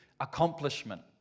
accomplishment